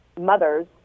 mothers